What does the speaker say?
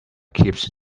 keeps